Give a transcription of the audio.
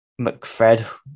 McFred